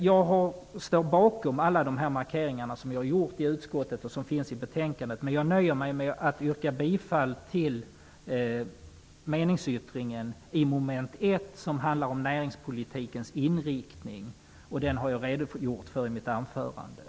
Jag står bakom alla de markeringar som vi har gjort i utskottet och som finns med i betänkandet, men jag nöjer mig med att yrka bifall till meningsyttringen under några moment. Det gäller mom. 1 som handlar om näringspolitikens inriktning, som jag har redogjort för i mitt anförande.